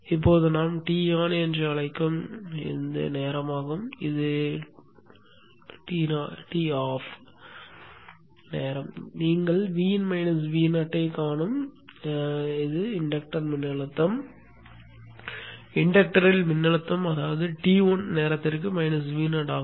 இப்போது இது நாம் Ton என்று அழைக்கும் காலப்பகுதியாகும் இது நாம் Toff என்று அழைக்கும் காலப்பகுதியாகும் நீங்கள் Vin Vo ஐக் காணும் இண்டக்டர் மின்னழுத்தம் இண்டக்டர்யில் மின்னழுத்தம் அதாவது T1 காலத்திற்கு Vo ஆகும்